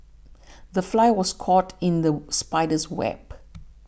the fly was caught in the spider's web